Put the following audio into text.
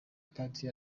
padiri